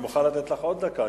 אני מוכן לתת לך עוד דקה.